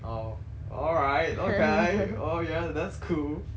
oh alright okay oh ya that's cool